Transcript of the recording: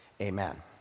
amen